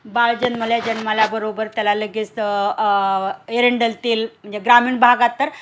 बाळ जन्मल्या जन्ल्याबरोबर त्याला लगेच एरेंडल तेल म्हंजे ग्रामीण भागात तर